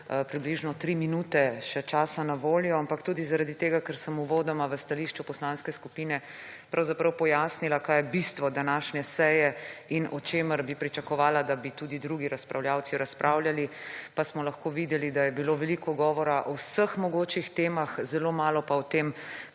približno tri minute še časa na voljo, ampak tudi zaradi tega, ker sem uvodoma v stališču poslanske skupine pravzaprav pojasnila kaj je bistvo današnje seje in o čemer bi pričakovala, da bi tudi drugi razpravljalci razpravljali, pa smo lahko videli, da je bilo veliko govora o vseh mogočih temah, zelo malo pa o tem,